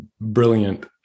brilliant